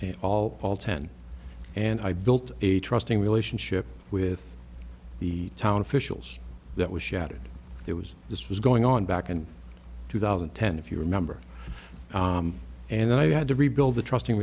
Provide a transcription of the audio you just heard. and all ten and i built a trusting relationship with the town officials that was shattered there was this was going on back and two thousand and ten if you remember and i had to rebuild the trusting